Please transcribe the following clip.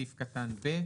סעיף קטן ב'